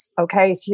Okay